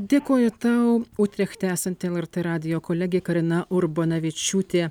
dėkoju tau utrechte esanti lrt radijo kolegė karina urbonavičiūtė